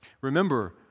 Remember